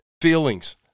feelings